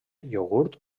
iogurt